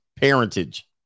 parentage